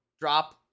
drop